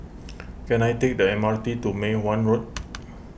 can I take the M R T to Mei Hwan Road